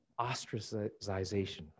ostracization